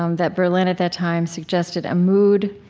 um that berlin at that time suggested a mood,